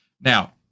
Now